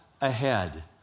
ahead